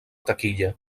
taquilla